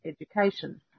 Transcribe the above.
education